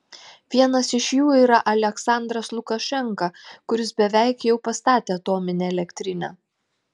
vienas iš jų yra aliaksandras lukašenka kuris beveik jau pastatė atominę elektrinę